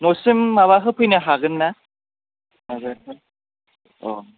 न'सिम माबा होफैनो हागोन ना अ